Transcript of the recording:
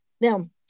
Now